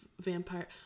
vampire